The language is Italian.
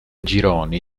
gironi